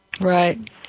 Right